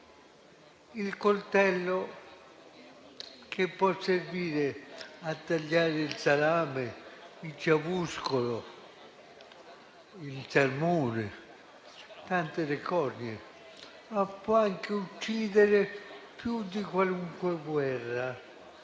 il coltello che può servire a tagliare il salame, il ciauscolo, il salmone o altre leccornie, può anche uccidere più di qualunque guerra.